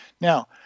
Now